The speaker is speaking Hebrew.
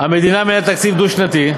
המדינה מנהלת תקציב דו-שנתי,